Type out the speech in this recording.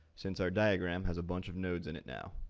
since our diagram has a bunch of nodes in it now.